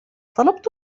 طلبت